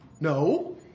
No